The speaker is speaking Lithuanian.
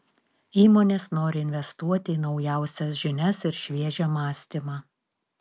įmonės nori investuoti į naujausias žinias ir šviežią mąstymą